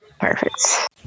Perfect